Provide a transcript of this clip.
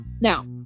now